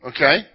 Okay